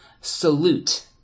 salute